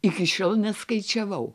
iki šiol neskaičiavau